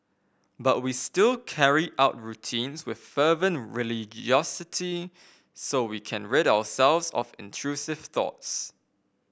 but we still carry out routines with fervent religiosity so we can rid ourselves of intrusive thoughts